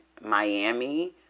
Miami